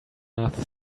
enough